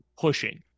pushing